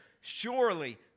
Surely